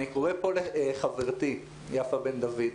אני קורא פה לחברתי יפה בן דוד,